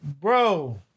bro